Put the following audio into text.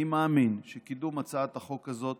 אני מאמין שקידום הצעת החוק הזאת